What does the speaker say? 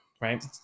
right